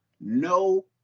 No